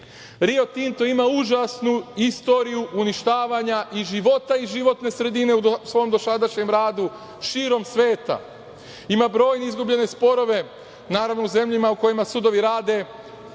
Rio Tinto ima užasnu istoriju uništavanja i života i životne sredine u svom dosadašnjem radu širom sveta. Ima brojne izgubljene sporove, naravno, u zemljama u kojima sudovi rade,